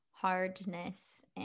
hardness